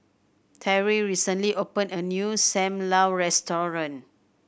Terrill recently opened a new Sam Lau restaurant